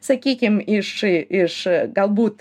sakykim iš iš iš galbūt